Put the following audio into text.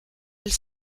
elle